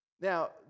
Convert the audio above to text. Now